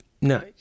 no